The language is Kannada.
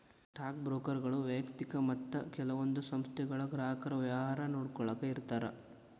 ಸ್ಟಾಕ್ ಬ್ರೋಕರ್ಗಳು ವ್ಯಯಕ್ತಿಕ ಮತ್ತ ಕೆಲವೊಂದ್ ಸಂಸ್ಥೆಗಳ ಗ್ರಾಹಕರ ವ್ಯವಹಾರ ನೋಡ್ಕೊಳ್ಳಾಕ ಇರ್ತಾರ